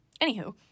Anywho